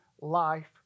life